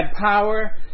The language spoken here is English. power